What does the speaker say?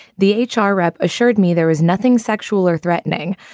the h r. rep assured me there was nothing sexual or threatening,